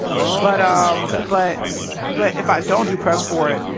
um but um like ah but but if i don't do press for it,